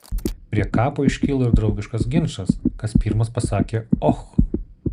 prie kapo iškilo ir draugiškas ginčas kas pirmas pasakė och